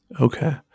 Okay